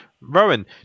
Rowan